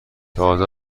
تازه